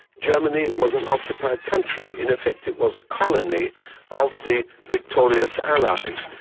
germany was an occupied country. in effect it was a colony of the victorious allies.